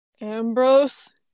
Ambrose